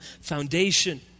foundation